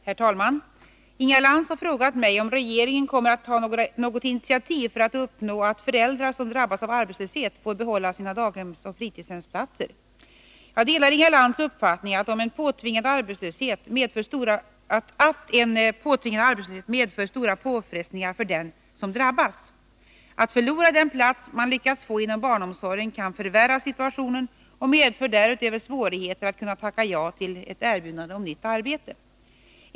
Herr talman! Inga Lantz har frågat mig om regeringen kommer att ta något initiativ för att uppnå att föräldrar som drabbas av arbetslöshet får behålla sina daghemsoch fritidshemsplatser. Jag delar Inga Lantz uppfattning att en påtvingad arbetslöshet medför stora påfrestningar för den som drabbas. Att förlora den plats man lyckats få inom barnomsorgen kan förvärra situationen och medför därutöver svårigheter att kunna tacka ja till erbjudande om nytt arbete.